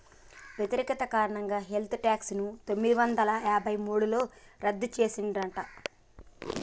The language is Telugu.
వ్యతిరేకత కారణంగా వెల్త్ ట్యేక్స్ ని పందొమ్మిది వందల యాభై మూడులో రద్దు చేసిండ్రట